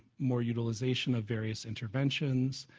more utilization of various interventions,